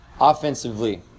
Offensively